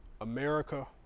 America